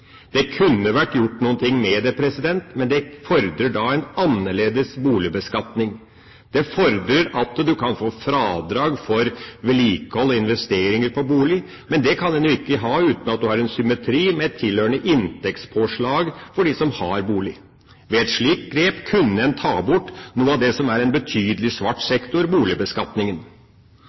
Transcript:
Det kunne ha vært gjort noe med det, men det fordrer da en annerledes boligbeskatning. Det fordrer at du kan få fradrag for vedlikehold og investeringer på bolig, men det kan en jo ikke ha uten at du har en symmetri med et tilhørende inntektspåslag for dem som har bolig. Ved et slikt grep kunne en ta bort noe av det som er en betydelig svart sektor: boligbeskatningen.